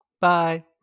Bye